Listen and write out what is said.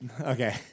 Okay